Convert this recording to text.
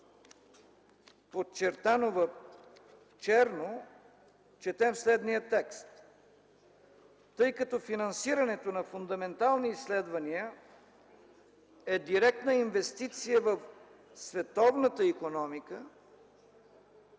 подчертано в черно четем следния текст: „Тъй като финансирането на фундаментални изследвания е директна инвестиция в световната икономика,